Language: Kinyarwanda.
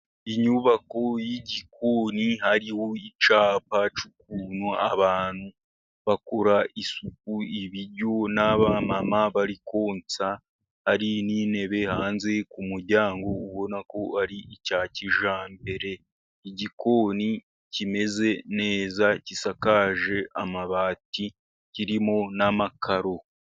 Inyubako y'igikoni, hariho icapa cyukuntu abantu bakura isuku ibiyuna naba mama bari kunsa hari n'intebe hanze kumuryango ubona ko ari icya kijyambere, igikoni kimeze neza gisakaje amabati, kirimo n'amakaro.